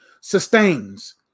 sustains